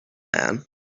man